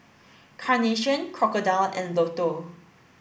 Carnation Crocodile and Lotto